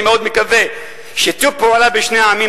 אני מאוד מקווה ששיתוף פעולה בין שני העמים